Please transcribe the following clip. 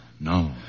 no